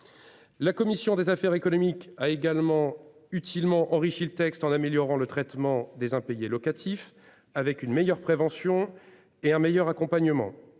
La commission des affaires économiques a également utilement enrichi le texte en améliorant le traitement des impayés locatifs avec une meilleure prévention et un meilleur accompagnement